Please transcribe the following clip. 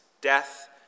death